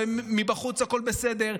ומבחוץ הכול בסדר.